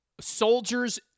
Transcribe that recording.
soldiers